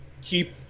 keep